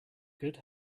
good